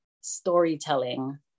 storytelling